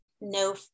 no